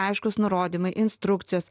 aiškūs nurodymai instrukcijos